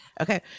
Okay